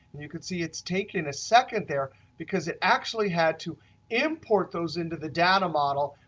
and you can see it's taking a second there because it actually had to import those into the data model,